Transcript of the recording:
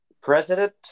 President